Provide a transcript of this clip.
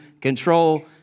control